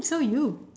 so you